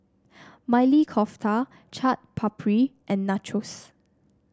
Maili Kofta Chaat Papri and Nachos